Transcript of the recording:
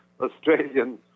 Australian